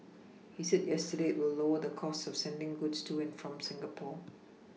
he said yesterday it will lower the costs of sending goods to and from Singapore